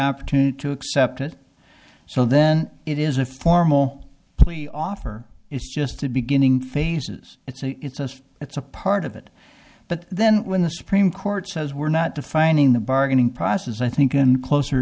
opportunity to accept it so then it is a formal plea offer it's just the beginning phases it's us it's a part of it but then when the supreme court says we're not defining the bargaining process i think in closer